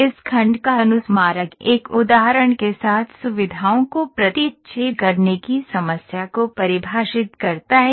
इस खंड का अनुस्मारक एक उदाहरण के साथ सुविधाओं को प्रतिच्छेद करने की समस्या को परिभाषित करता है